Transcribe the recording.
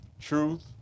Truth